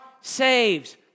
saves